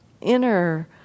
inner